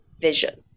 vision